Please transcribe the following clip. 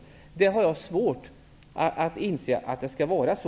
Jag har svårt att inse att det skall vara så.